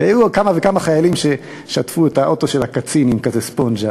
והיו כמה וכמה חיילים ששטפו את האוטו של הקצין עם ספונג'ה.